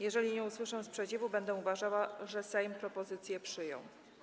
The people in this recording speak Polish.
Jeżeli nie usłyszę sprzeciwu, będę uważała, że Sejm propozycję przyjął.